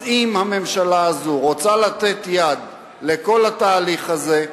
אז אם הממשלה הזו רוצה לתת יד לכל התהליך הזה,